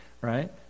right